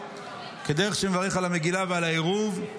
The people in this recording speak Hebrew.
כדרך שמברך על המגילה ועל העירוב,